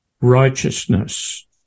Righteousness